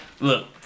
look